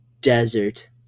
desert